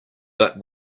but